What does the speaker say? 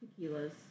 tequila's